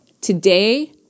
today